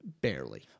barely